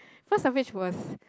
first of which was